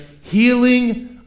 healing